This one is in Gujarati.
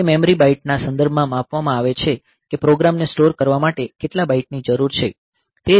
તે મેમરી બાઈટ ના સંદર્ભમાં માપવામાં આવે છે કે પ્રોગ્રામને સ્ટોર કરવા માટે કેટલા બાઈટની જરૂર છે